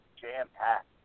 jam-packed